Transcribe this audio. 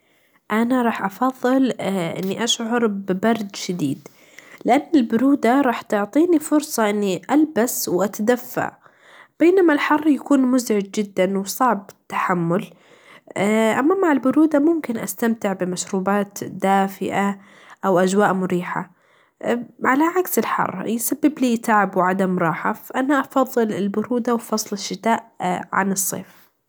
أنا راح أفظل أني أشعور ببرد شديد ، لأن البروده راح تعطيني فورصه أني البس وأتدفى ، بينما الحر يكون مزعچ چدا وصعب في التحمول أ، أما مع البروده ممكن أستمتع بمشروبات دافئه أو أچواء مريحه علي عكس الحر يسببلي تعب وعدم راحه، فانا أفظل البروده وفصل الشتاء عن الصيف.